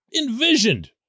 envisioned